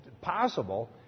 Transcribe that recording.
possible